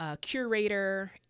curator